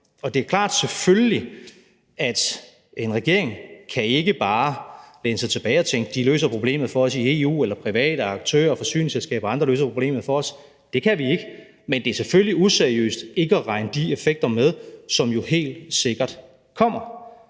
Og det er selvfølgelig klart, at en regering ikke bare kan læne sig tilbage og tænke: De løser problemet for os i EU, eller private aktører og forsyningsselskaber og andre løser problemet for os. Det kan vi ikke. Men det er selvfølgelig useriøst ikke at regne de effekter med, som jo helt sikkert kommer.